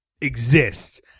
exists